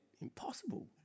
Impossible